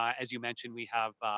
as you mentioned, we have,